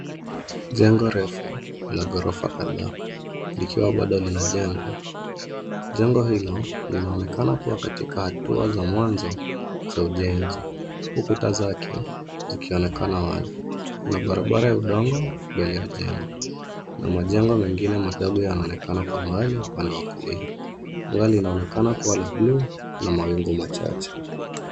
Jengo refu la ghorofa kadhaa likiwa bado linajengwa. Jengo hilo linaonekana kuwa katika hatua za mwanzo za ujenzi, huku kuta zake zikionekana wazi. Kuna barabara ya udongo mbele ya jengo na majengo mengine madogo yanaonekana kwa umbali upande wa kulia. Anga linaonekana kuwa la buluu na mawingu machache.